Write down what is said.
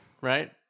right